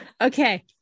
Okay